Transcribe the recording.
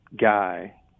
guy